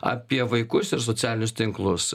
apie vaikus ir socialinius tinklus